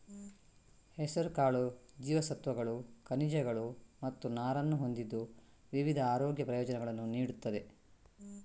ಹೆಸರುಕಾಳು ಜೀವಸತ್ವಗಳು, ಖನಿಜಗಳು ಮತ್ತು ನಾರನ್ನು ಹೊಂದಿದ್ದು ವಿವಿಧ ಆರೋಗ್ಯ ಪ್ರಯೋಜನಗಳನ್ನು ನೀಡುತ್ತದೆ